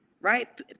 right